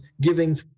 giving